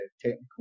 technical